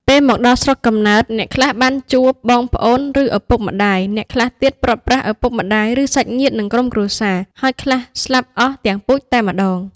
ពេលមកដល់ស្រុកកំណើត អ្នកខ្លះបានជួបបងប្អូនឬឪពុកម្តាយ អ្នកខ្លះទៀតព្រាត់ប្រាសឪពុកម្តាយឬសាច់ញាតិនិងក្រុមគ្រួសារ ហើយខ្លះស្លាប់អស់ទាំងពូជតែម្តង។